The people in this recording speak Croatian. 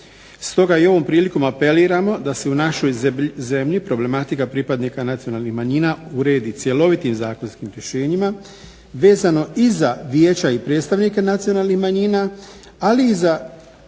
Stoga i ovom prilikom apeliramo da se u našoj zemlji problematika pripadnika nacionalnih manjina uredi cjelovitim zakonskim rješenjima vezano i za vijeća i predstavnike nacionalnih manjina, ali i za